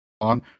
on